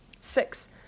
Six